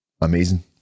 Amazing